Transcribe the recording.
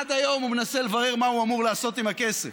עד היום הוא מנסה לברר מה הוא אמור לעשות עם הכסף.